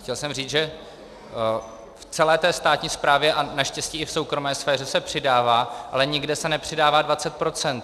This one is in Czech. Chtěl jsem říct, že v celé té státní správě a naštěstí i soukromé sféře se přidává, ale nikde se nepřidává 20 %.